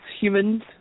humans